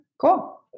Cool